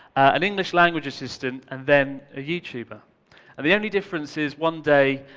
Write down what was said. an english language assistant and then a youtuber. and the only difference is, one day,